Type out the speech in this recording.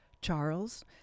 Charles